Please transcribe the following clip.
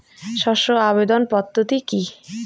শস্য আবর্তন পদ্ধতি কি?